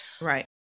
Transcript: Right